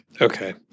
Okay